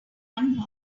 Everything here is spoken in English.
one